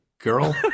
girl